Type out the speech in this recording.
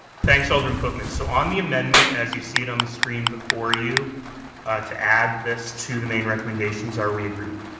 thanks, alderman pootmans. as so um the amendment as you see it on the screen before you to add this to the main recommendations, are we agreed?